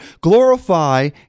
glorify